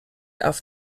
auf